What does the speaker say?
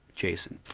jason.